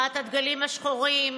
מחאת הדגלים השחורים,